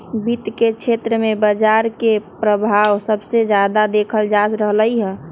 वित्त के क्षेत्र में बजार के परभाव सबसे जादा देखल जा रहलई ह